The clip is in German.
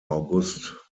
august